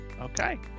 Okay